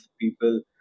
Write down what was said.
people